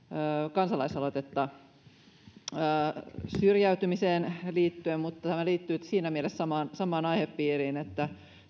kansalaisaloitetta syrjäytymiseen liittyen tämä liittyy siinä mielessä samaan samaan aihepiirin että